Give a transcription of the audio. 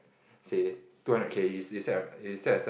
say two hundred K you set ah you set aside